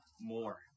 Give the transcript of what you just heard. more